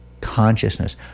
consciousness